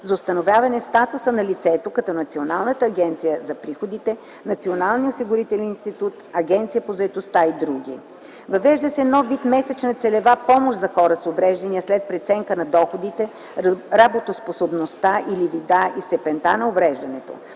за установяване статуса на лицето, като Националната агенция за приходите, Националния осигурителен институт, Агенцията по заетостта и други. Въвежда се и нов вид месечна целева помощ за хора с увреждания след преценка на доходите, работоспособността или вида и степента на увреждането.